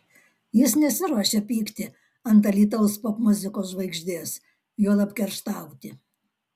jie nesiruošia pykti ant alytaus popmuzikos žvaigždės juolab kerštauti